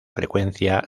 frecuencia